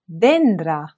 dendra